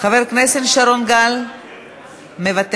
חבר הכנסת שרון גל, מוותר.